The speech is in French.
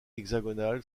hexagonal